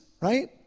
right